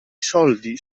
soldi